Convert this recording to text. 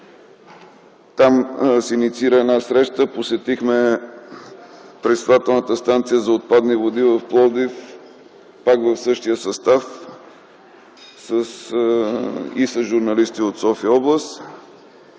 Там се инициира среща. Посетихме пречиствателната станция за отпадни води в Пловдив пак в същия състав и с журналисти от София област.